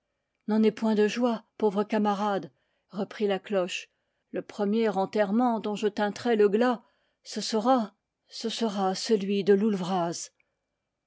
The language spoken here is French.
n'en aie point de joie pauvre camarade reprit la clo che le premier enterrement dont je tinterai le glas ce sera ce sera celui de